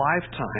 lifetime